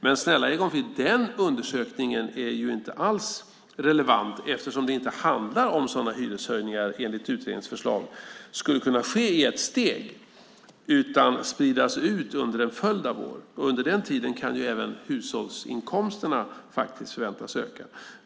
Men, snälla Egon Frid, den undersökningen är inte alls relevant, eftersom det inte handlar om att sådana hyreshöjningar enligt utredningens förslag skulle kunna ske i ett steg utan skulle spridas ut under en följd av år. Under den tiden kan även hushållsinkomsterna faktiskt förväntas öka.